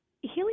Healy